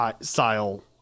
style